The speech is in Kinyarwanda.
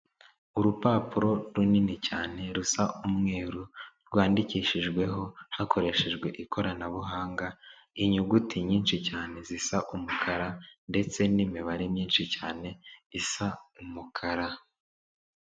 Urupapuro runini cyane, rusa umweru, rwandikishijweho hakoreshejwe ikoranabuhanga, inyuguti nyinshi cyane zisa umukara, ndetse n'imibare myinshi cyane isa umukara.